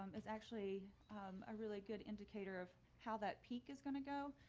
um is actually a really good indicator of how that peak is going to go.